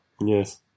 yes